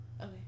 Okay